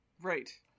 Right